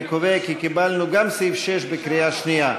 אני קובע כי קיבלנו גם סעיף 6 בקריאה שנייה.